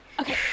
Okay